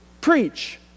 preach